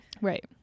right